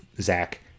Zach